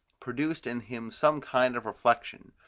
produced in him some kind of reflection,